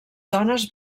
dones